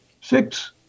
six